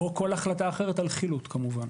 או כל החלטה אחרת על חילוט, כמובן.